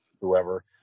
whoever